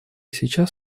сейчас